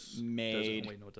made